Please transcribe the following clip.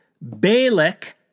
Balak